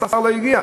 מאסר לא מגיע,